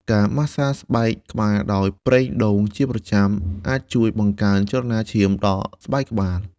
ការម៉ាស្សាស្បែកក្បាលដោយប្រេងដូងជាប្រចាំ អាចជួយ បង្កើនចរន្តឈាម ដល់ស្បែកក្បាល។